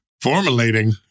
Formulating